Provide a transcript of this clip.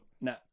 No